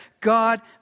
God